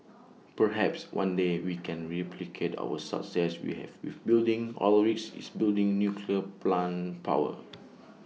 perhaps one day we can replicate our success we have with building oil rigs is building nuclear plant power